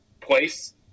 place